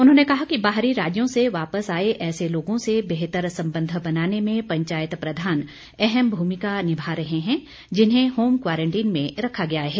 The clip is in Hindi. उन्होंने कहा कि बाहरी राज्यों से वापस आए ऐसे लोगों से बेहतर संबंध बनाने में पंचायत प्रधान अहम भूमिका निभा रहे हैं जिन्हें होम क्वारंटीन में रखा गया है